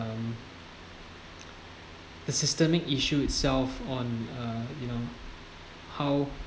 um the systemic issue itself on uh you know how